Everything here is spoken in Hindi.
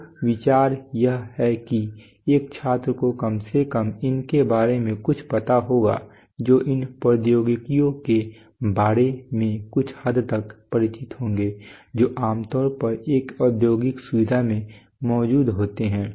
तो विचार यह है कि एक छात्र को कम से कम इनके बारे में कुछ पता होगा जो इन प्रौद्योगिकियों के बारे में कुछ हद तक परिचित होंगे जो आम तौर पर एक औद्योगिक सुविधा में मौजूद होते हैं